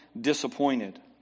disappointed